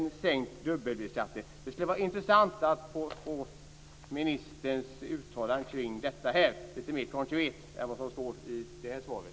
Det skulle vara intressant att få ett mer konkret uttalande än det i svaret.